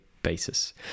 basis